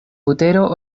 butero